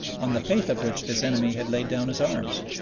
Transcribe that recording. on the faith of which this enemy had laid down his arms.